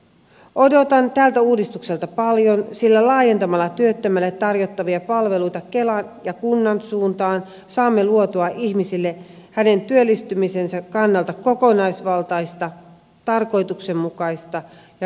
odotan tältä uudistukselta paljon sillä laajentamalla työttömälle tarjottavia palveluita kelan ja kunnan suuntaan saamme luotua ihmiselle hänen työllistymisensä kannalta kokonaisvaltaista tarkoituksenmukaista ja räätälöityä tukea